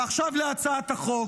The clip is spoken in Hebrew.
ועכשיו להצעת החוק.